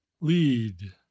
lead